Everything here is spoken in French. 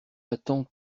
attend